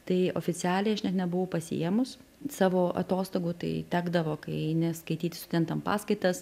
tai oficialiai aš net nebuvau pasiėmus savo atostogų tai tekdavo kai eini skaityt studentam paskaitas